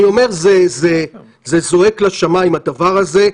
אני אומר שזה זועק לשמיים, הדבר הזה,